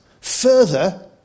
further